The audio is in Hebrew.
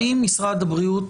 האם משרד הבריאות,